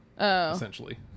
essentially